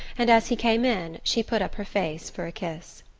and as he came in she put up her face for a kiss.